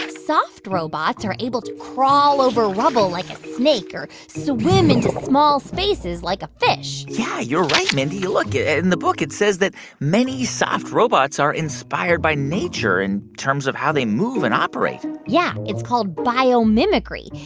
and soft robots are able to crawl over rubble like a snake or swim into small spaces like a fish yeah, you're right, mindy. look in and and the book, it says that many soft robots are inspired by nature in terms of how they move and operate yeah, it's called biomimicry.